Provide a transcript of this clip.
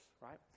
right